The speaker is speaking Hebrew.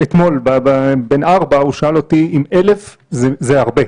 אתמול הוא שאל אותי אם אלף זה הרבה.